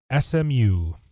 SMU